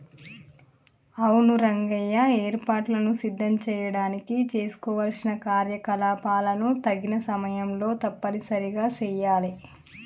అవును రంగయ్య ఏర్పాటులను సిద్ధం చేయడానికి చేసుకోవలసిన కార్యకలాపాలను తగిన సమయంలో తప్పనిసరిగా సెయాలి